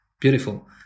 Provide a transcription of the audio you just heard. Beautiful